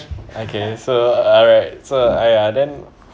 okay so alright so !aiya! then